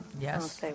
Yes